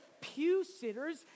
pew-sitters